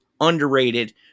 underrated